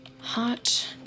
Hot